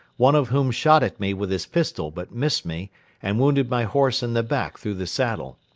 one of whom shot at me with his pistol but missed me and wounded my horse in the back through the saddle.